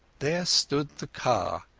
there stood the car,